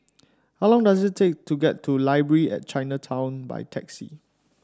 how long does it take to get to Library at Chinatown by taxi